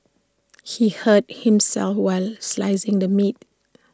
she hurt himself while slicing the meat